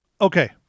Okay